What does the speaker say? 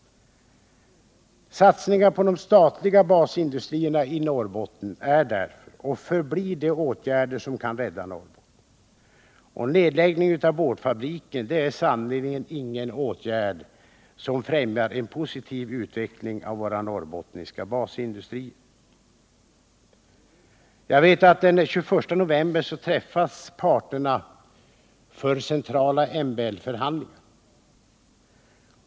Satsningar på de statliga basindustrierna i Norrbotten är och förblir därför de åtgärder som kan rädda Norrbotten. En nedläggning av denna boardfabrik är sannerligen ingen åtgärd som främjar en positiv utveckling av våra norrbottniska basindustrier. Jag vet att parterna skall träffas den 21 november för centrala MBL förhandlingar.